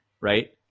Right